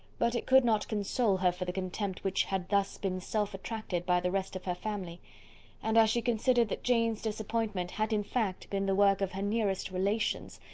but it could not console her for the contempt which had thus been self-attracted by the rest of her family and as she considered that jane's disappointment had in fact been the work of her nearest relations,